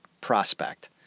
prospect